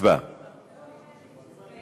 הצעת ועדת העבודה,